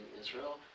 Israel